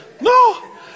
No